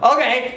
Okay